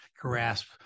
grasp